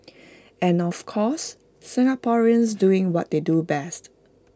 and of course Singaporeans doing what they do best